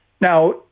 Now